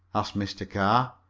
asked mr. carr.